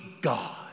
God